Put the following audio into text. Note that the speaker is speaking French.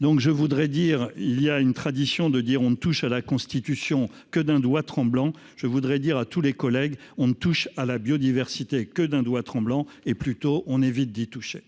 Donc je voudrais dire, il y a une tradition de dire on ne touche à la constitution que d'un doigt tremblant, je voudrais dire à tous les collègues on ne touche à la biodiversité que d'un doigt tremblant et plutôt on évite d'y toucher.